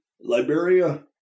Liberia